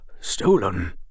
stolen